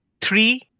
Three